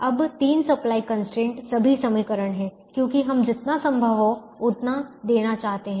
अब 3 supply constraint सभी समीकरण हैं क्योंकि हम जितना संभव हो उतना देना चाहते हैं